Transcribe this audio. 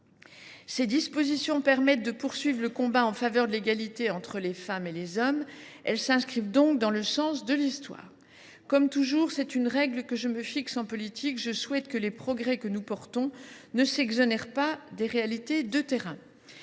Ces dispositions permettent de poursuivre le combat en faveur de l’égalité réelle entre les femmes et les hommes. Elles s’inscrivent donc dans le sens de l’histoire. Comme toujours – c’est une règle que je me fixe en politique –, je souhaite que les progrès que nous portons ne s’exonèrent pas des réalités de terrain.